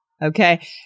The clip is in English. Okay